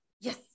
yes